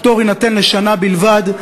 הפטור יינתן לשנה בלבד,